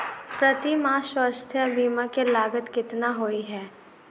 प्रति माह स्वास्थ्य बीमा केँ लागत केतना होइ है?